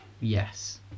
Yes